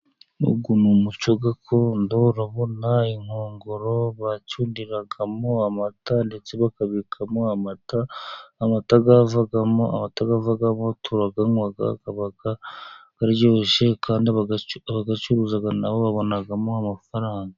Uyu ni umuco gakondo urabona inkongoro bacundiragamo amata ndetse bakabikamo amata .Amata avamo ,amata avamo turanywa aba aryoshye ,kandi abayacuruza na bo babonamo amafaranga.